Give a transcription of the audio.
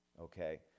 Okay